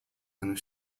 and